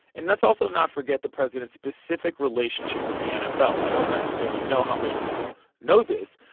and let's also not forget the president's specific relationship with the nfl. i don't necessarily know how many people know this.